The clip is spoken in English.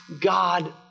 God